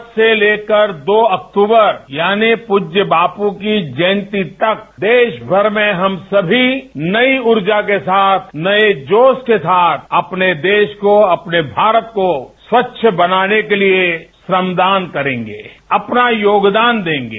आज से लेकर दो अक्टूबर यानी पूज्य बापू की जयंती तक देशभर में हम सभी नई ऊर्जा के साथ नए जोश के साथ अपने देश को अपने भारत को स्वच्छ बनाने के लिए श्रमदान करेंगे अपना योगदान देंगे